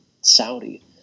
Saudi